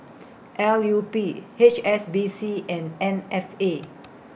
L U P H S B C and M F A